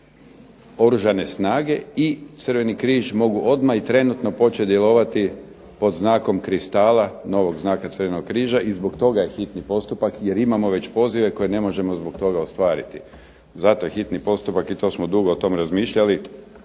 Oružane snage i Crveni križ mogu odmah i trenutno početi djelovati pod znakom kristala, novog znaka Crvenog križa i zbog toga je hitni postupak jer imamo već pozive koje ne možemo zbog toga ostvariti. Zato je hitni postupak i to smo dugo o tom razmišljali,